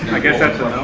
i guess that's